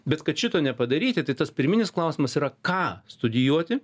bet kad šito nepadaryti tas pirminis klausimas yra ką studijuoti